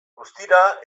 guztira